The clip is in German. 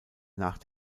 nach